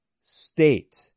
state